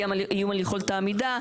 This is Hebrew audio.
איום על יכולת העמידה.